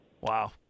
Wow